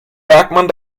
bergmann